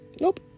Nope